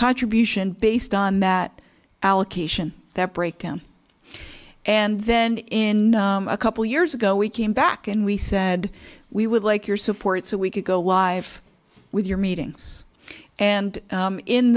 contribution based on that allocation that break down and then in a couple years ago we came back and we said we would like your support so we could go live with your meetings and